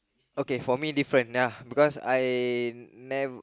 okay for me different ya because I never